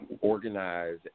organize